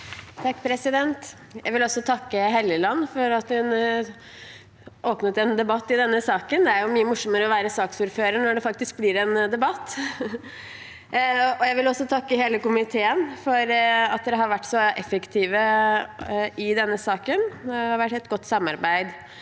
takke representanten Hofstad Helleland for at hun åpnet en debatt i denne saken. Det er jo mye morsommere å være saksordfører når det faktisk blir en debatt. Jeg vil også takke hele komiteen for at de har vært så effektive i denne saken. Det har vært et godt samarbeid,